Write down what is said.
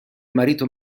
marito